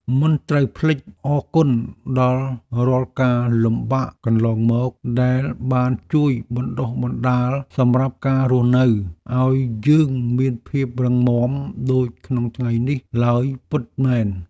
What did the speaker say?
មិនត្រូវភ្លេចអរគុណដល់រាល់ការលំបាកកន្លងមកដែលបានជួយបណ្តុះបណ្តាលសម្រាប់ការរស់នៅឱ្យយើងមានភាពរឹងមាំដូចក្នុងថ្ងៃនេះឡើយពិតមែន។